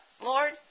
Lord